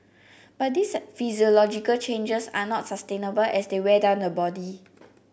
but these physiological changes are not sustainable as they wear down the body